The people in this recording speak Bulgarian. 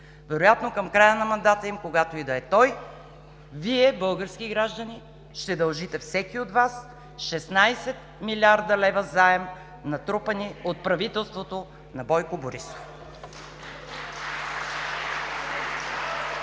Вероятно към края на мандата им, когато и да е той, Вие, български граждани, ще дължите – всеки от Вас, 16-милиарден заем, натрупан от правителството на Бойко Борисов.“